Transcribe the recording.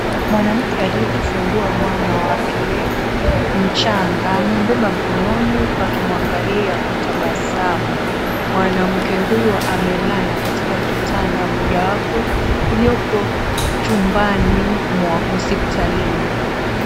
Mwanamke aliyejifungua mwana wake mchanga, amembeba mkononi huku akimwangalia kwa tabasamu. Mwanamke huyu amelala katika kitanda mojawapo iliyopo chumbani mwa hospitalini